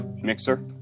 Mixer